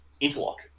interlock